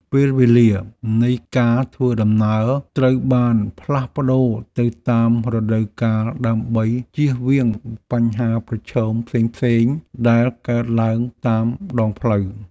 ពេលវេលានៃការធ្វើដំណើរត្រូវបានផ្លាស់ប្តូរទៅតាមរដូវកាលដើម្បីជៀសវាងបញ្ហាប្រឈមផ្សេងៗដែលកើតឡើងតាមដងផ្លូវ។